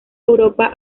europa